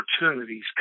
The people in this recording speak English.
opportunities